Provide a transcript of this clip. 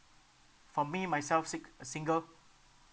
for me myself sic~ single